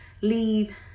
leave